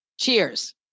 Cheers